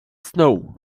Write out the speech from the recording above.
snow